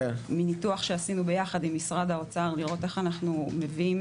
מניתוח שעשינו ביחד עם משרד האוצר לראות איך אנחנו מביאים